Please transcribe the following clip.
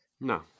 no